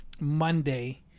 Monday